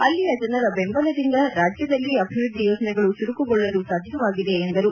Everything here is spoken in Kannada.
ಅಲ್ಲಿಯ ಜನರ ಬೆಂಬಲದಿಂದ ರಾಜ್ಯದಲ್ಲಿ ಅಭಿವ್ವದ್ದಿ ಯೋಜನೆಗಳು ಚುರುಕುಗೊಳ್ಳಲು ಸಾಧ್ಯವಾಗಿದೆ ಎಂದರು